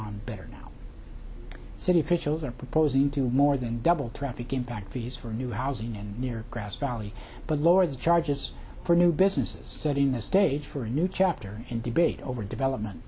better now city officials are proposing to more than double traffic impact fees for new housing and near grass valley but lower the charges for new businesses setting the stage for a new chapter in debate over development